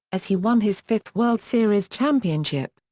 as he won his fifth world series championship.